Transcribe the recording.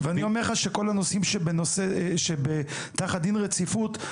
ואני אומר לך שכל הנושאים שתחת ׳דין רציפות׳,